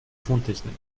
tontechnik